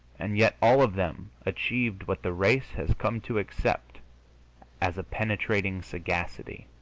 and yet all of them achieved what the race has come to accept as a penetrating sagacity.